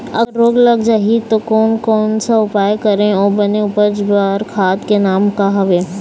अगर रोग लग जाही ता कोन कौन सा उपाय करें अउ बने उपज बार खाद के नाम का हवे?